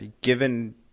given